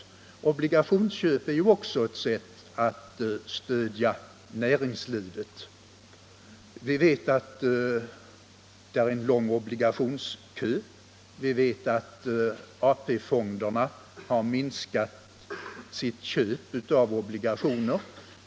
Att köpa obligationer är ju också ett sätt att stödja näringslivet. Obligationskön är som vi vet ganska lång, och AP-fonderna har minskat sina köp av obligationer.